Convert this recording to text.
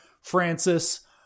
francis